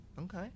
okay